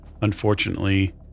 Unfortunately